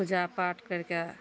पूजा पाठ करिकऽ